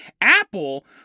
Apple